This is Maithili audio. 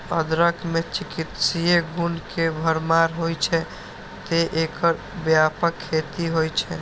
अदरक मे चिकित्सीय गुण के भरमार होइ छै, तें एकर व्यापक खेती होइ छै